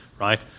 right